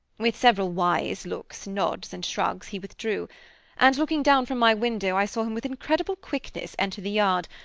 with several wise looks, nods and shrugs, he withdrew and looking down from my window, i saw him with incredible quickness enter the yard,